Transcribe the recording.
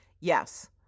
Yes